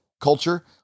culture